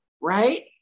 right